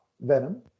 Venom